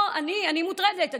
אני מוטרדת.